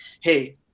hey